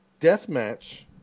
Deathmatch